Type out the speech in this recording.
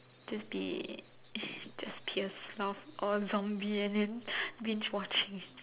just be just be a sloth or a zombie and then binge watching